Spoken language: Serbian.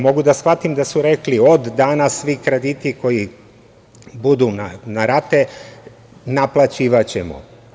Mogu da shvatim da su rekli – od danas svi krediti koji budu na rate naplaćivaćemo.